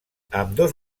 ambdós